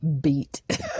beat